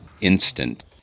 instant